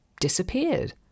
disappeared